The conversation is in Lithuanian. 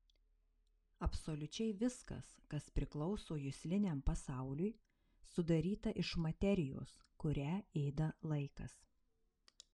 absoliučiai viskas kas priklauso jusliniam pasauliui sudaryta iš materijos kurią ėda laikas